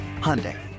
Hyundai